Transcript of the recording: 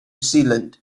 zealand